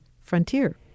Frontier